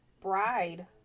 Bride